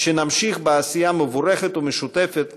שנמשיך בעשייה מבורכת ומשותפת